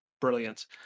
brilliant